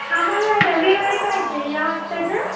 आम्हाला रविवारी पाहिजे या हफ्त्याचं